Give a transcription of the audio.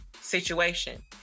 situation